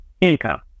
income